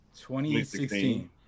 2016